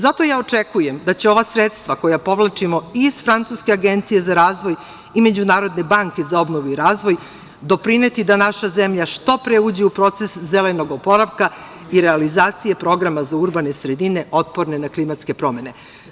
Zato ja očekujem da će ova sredstva koja povlačimo iz francuske Agencije za razvoj i Međunarodne banke za obnovu i razvoj doprineti da naša zemlja što pre uđe u proces zelenog oporavka i realizacije programa za urbane sredine otporne na klimatske promene.